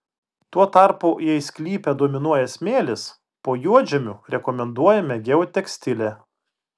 tuo tarpu jei sklype dominuoja smėlis po juodžemiu rekomenduojama geotekstilė